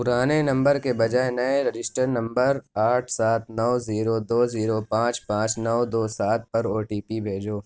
پرانے نمبر کے بجائے نئے رجسٹر نمبر آٹھ سات ںو زیرو دو زیرو پانچ پانچ نو دو سات پر او ٹی پی بھیجو